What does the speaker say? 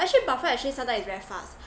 actually buffer exchange sometimes is very fast